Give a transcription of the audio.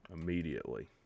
Immediately